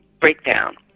breakdown